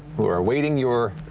who are awaiting your,